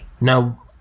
Now